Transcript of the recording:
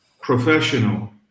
professional